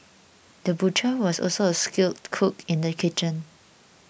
the butcher was also a skilled cook in the kitchen